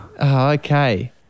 Okay